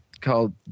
called